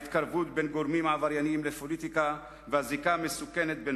ההתקרבות בין גורמים עברייניים לפוליטיקה והזיקה המסוכנת בין